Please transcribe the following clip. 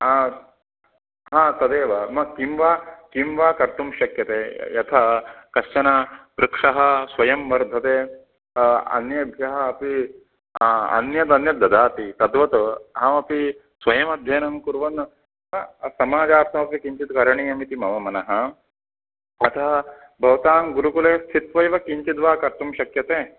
तदेव म किं वा किं वा कर्तुं शक्यते यथा कश्चन वृक्षः स्वयं वर्धते अन्येभ्यः अपि अन्यदन्यत् ददाति तद्वत् अहमपि स्वयमध्ययनं कुर्वन् समाजार्थमपि किञ्चित् करणीयमिति मम मनः अतः भवतां गुरुकुले स्थित्वा एव किञ्चित् वा कर्तुं शक्यते